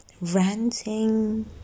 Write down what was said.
ranting